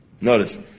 Notice